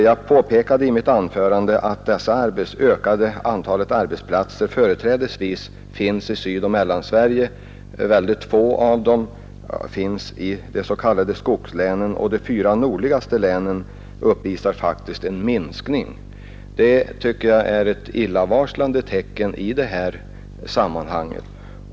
Jag påpekade i mitt anförande att det ökade antal lediga platser företrädesvis finns i Sydoch Mellansverige. Få av dem finns i de s.k. skogslänen. De fyra nordligaste länen uppvisar faktiskt en minskning. Det är ett illavarslande tecken i det här sammanhanget.